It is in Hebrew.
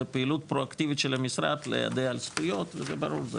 זו פעילות פרו אקטיבית של המשרד בנוגע לזכויות וברור זה